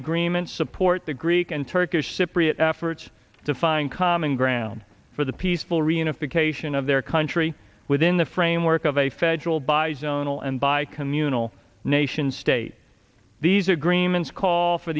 agreement support the greek and turkish cypriot efforts to find common ground for the peaceful reunification of their country within the framework of a federal by zonal and by communal nation state these agreements call for